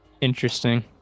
Interesting